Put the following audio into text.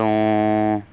ਤੋਂ